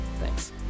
Thanks